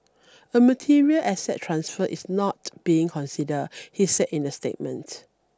a material asset transfer is not being considered he said in the statement